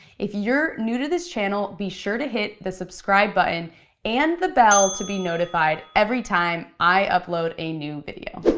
if you're new to this channel, be sure to hit the subscribe button and the bell to be notified every time i upload a new video.